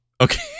Okay